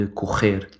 correr